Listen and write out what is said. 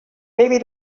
maybe